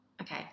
Okay